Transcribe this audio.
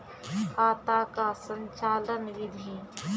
खाता का संचालन बिधि?